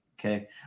Okay